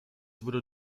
wurde